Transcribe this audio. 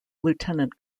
lieutenant